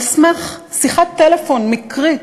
על סמך שיחת טלפון מקרית,